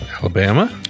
Alabama